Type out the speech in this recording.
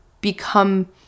become